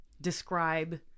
describe